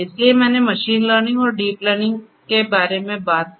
इसलिए मैंने machine learning और डीप लर्निंग के बारे में बात की